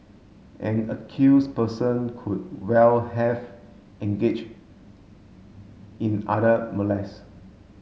an accuse person could well have engage in other molest